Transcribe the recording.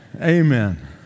Amen